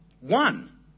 one